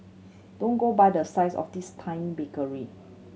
don't go by the size of this tiny bakery